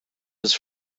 his